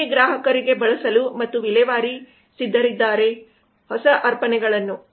ಹೇಗೆ ಗ್ರಾಹಕರಿಗೆ ಬಳಸಲು ಮತ್ತು ವಿಲೇವಾರಿ ಸಿದ್ಧರಿದ್ದಾರೆ ಆಫ್ ಹೊಸ ಅರ್ಪಣೆಗಳನ್ನು